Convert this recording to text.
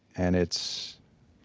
and it's